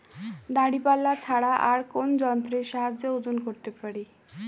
দাঁড়িপাল্লা ছাড়া আর কোন যন্ত্রের সাহায্যে ওজন করতে পারি?